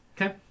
Okay